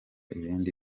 ibindi